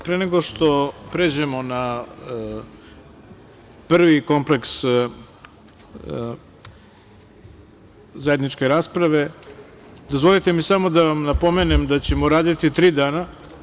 Pre nego što pređemo na prvi kompleks zajedničke rasprave, dozvolite mi samo da vam napomenem da ćemo raditi tri dana.